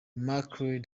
mackerel